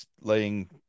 laying